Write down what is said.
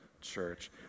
church